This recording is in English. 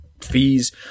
fees